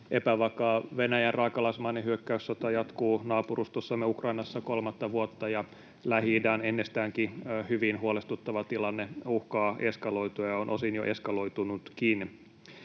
epävakaa. Venäjän raakalaismainen hyökkäyssota jatkuu naapurustossamme Ukrainassa kolmatta vuotta, ja Lähi-idän ennestäänkin hyvin huolestuttava tilanne uhkaa eskaloitua ja on osin jo eskaloitunutkin.